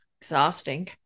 exhausting